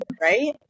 right